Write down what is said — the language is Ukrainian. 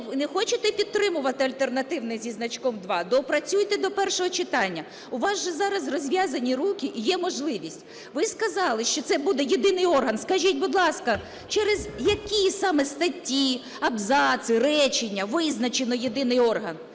Не хочете підтримувати альтернативний зі значком 2, доопрацюйте до першого читання, у вас же зараз розв'язані руки і є можливість. Ви сказали, що це буде єдиний орган, скажіть, будь ласка, через які саме статті, абзаци, речення визначено єдиний орган.